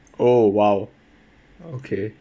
oh !wow! okay